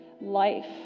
life